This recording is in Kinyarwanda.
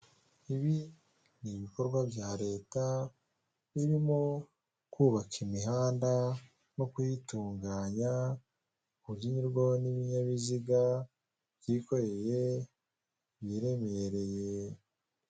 Ibi ni ibikorwa bya leta birimo; kubaka imihanda no kuyitunganya, kujya inyurwaho n'ibinyabiziga byikoreye ibiremereye.